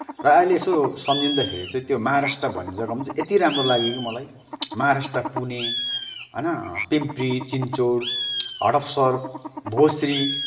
र अहिले यसो सम्झिँदाखेरि चाहिँ त्यो महाराष्ट्र भन्ने जग्गामा चाहिँ यत्ति राम्रो लाग्यो कि मलाई महाराष्ट्र पुणे होइन पिम्प्री चिम्चोड हडपसर भोश्री